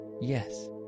yes